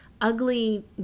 ugly